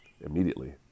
Immediately